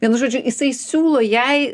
vienu žodžiu jisai siūlo jai